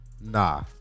Nah